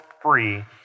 free